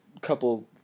couple